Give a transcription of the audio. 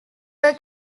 were